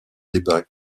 débats